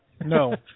No